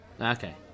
Okay